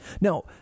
now